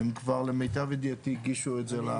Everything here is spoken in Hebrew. הם כבר למיטב ידיעתי הגישו את זה.